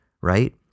right